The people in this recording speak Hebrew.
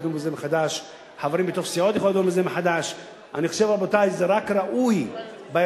השר שמחון, תהיה אתה שותף אתי.